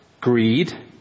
Greed